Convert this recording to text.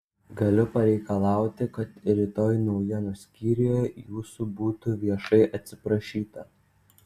galiu pareikalauti kad rytoj naujienų skyriuje jūsų būtų viešai atsiprašyta